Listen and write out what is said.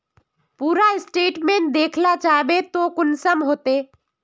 पूरा स्टेटमेंट देखला चाहबे तो कुंसम होते?